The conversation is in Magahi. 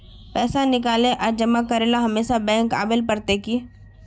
पैसा निकाले आर जमा करेला हमेशा बैंक आबेल पड़ते की?